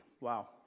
Wow